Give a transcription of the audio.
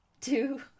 Two